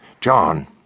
John